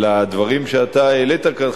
לדברים שאתה העלית כאן,